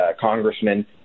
congressman